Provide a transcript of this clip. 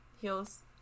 heels